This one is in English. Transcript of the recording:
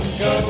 go